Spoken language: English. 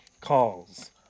calls